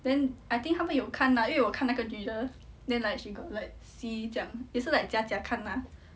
then I think 她们有看啦因为我看那个女的 then like she got like see 这样也是 like 假假看啦